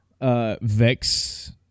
Vex